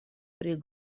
pri